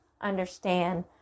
understand